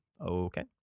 Okay